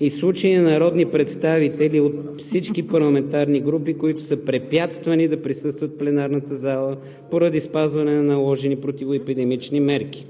и в случая на народни представители от всички парламентарни групи, които са препятствани да присъстват в пленарната зала поради спазване на наложени противоепидемични мерки,